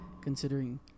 considering